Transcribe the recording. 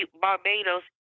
Barbados